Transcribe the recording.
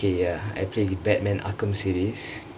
okay ya I play the batman arkham series